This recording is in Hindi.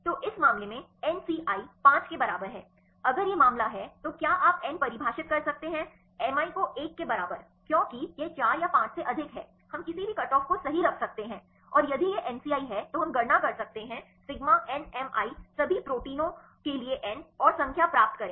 तो इस मामले में nci 5 के बराबर है अगर यह मामला है तो क्या आप nपरिभाषित कर सकते हैं mi को एक के बराबर क्योंकि यह 4 या 5 से अधिक है हम किसी भी कटऑफ को सही रख सकते हैं और यदि यह MCI है तो हम गणना कर सकते हैं sigma nmi सभी प्रोटीनों के लिए n और संख्या प्राप्त करें